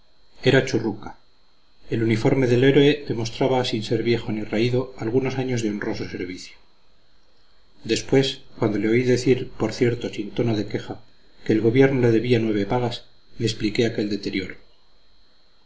era churruca el uniforme del héroe demostraba sin ser viejo ni raído algunos años de honroso servicio después cuando le oí decir por cierto sin tono de queja que el gobierno le debía nueve pagas me expliqué aquel deterioro